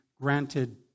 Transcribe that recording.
granted